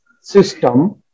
system